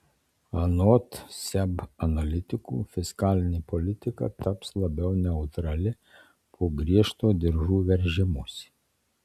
anot seb analitikų fiskalinė politika taps labiau neutrali po griežto diržų veržimosi